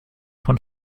von